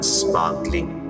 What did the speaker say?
sparkling